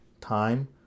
time